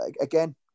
again